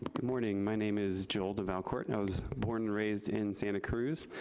morning, my name is joel devalcourt, and i was born and raised in santa cruz